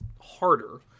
harder